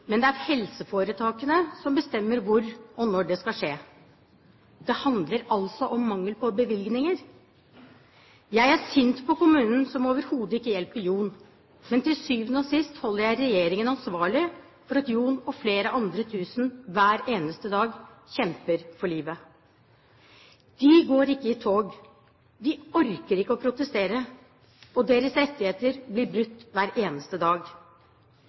men det er helseforetakene som bestemmer hvor og når det skal skje. Det handler altså om mangel på bevilgninger. Jeg er sint på kommunen, som overhodet ikke hjelper Jon, men til syvende og sist holder jeg regjeringen ansvarlig for at Jon og flere tusen andre hver eneste dag kjemper for livet. De går ikke i tog, de orker ikke å protestere, og deres rettigheter blir brutt hver eneste dag.